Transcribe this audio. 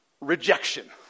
rejection